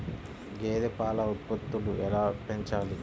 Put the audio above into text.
గేదె పాల ఉత్పత్తులు ఎలా పెంచాలి?